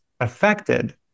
affected